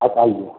आप आइए